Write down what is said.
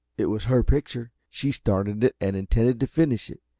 it was her picture, she started it and intended to finish it.